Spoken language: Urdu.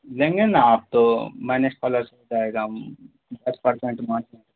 لیں گے نا آپ تو مائنس پلس ہو جائے گا دس پرسینٹ مارجن